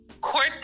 court